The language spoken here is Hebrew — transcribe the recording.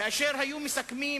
כאשר היו מסכמים